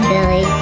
Billy